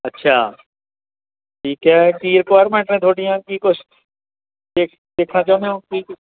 ਅੱਛਾ ਠੀਕ ਹੈ ਕੀ ਰਿਕੁਆਇਰਮੈਂਟ ਨੇ ਤੁਹਾਡੀਆਂ ਕੀ ਕੁਛ ਦੇ ਦੇਖਣਾ ਚਾਹੁੰਦੇ ਹੋ ਕੀ